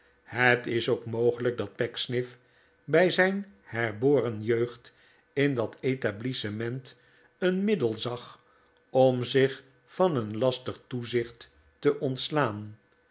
het is ook mogelijk dat pecksniff bij zijn herboren jeugd in dat etablissement een middel zag om zich van een lastig toezicht te ontslaan